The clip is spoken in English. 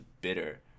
bitter